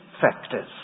factors